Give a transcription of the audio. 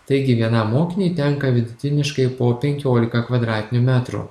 taigi vienam mokiniui tenka vidutiniškai po penkiolika kvadratinių metrų